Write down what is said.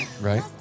right